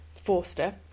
Forster